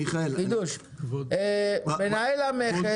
מנהל המכס